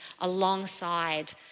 alongside